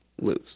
lose